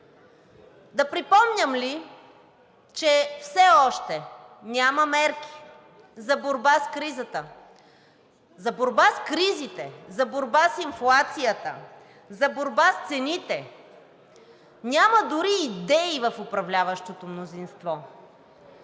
Да припомням ли, че все още няма мерки за борба с кризата, за борба с кризите, за борба с инфлацията, за борба с цените. Няма дори идеи в управляващото мнозинство.